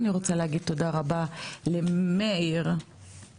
אני רוצה להגיד תודה רבה למאיר מישאל,